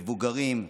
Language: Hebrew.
מבוגרים,